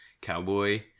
cowboy